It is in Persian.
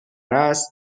است